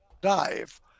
dive